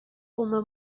uma